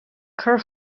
cur